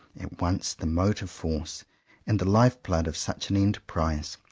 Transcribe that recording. at once the motive-force and the life-blood of such an enterprise.